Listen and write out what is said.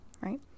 right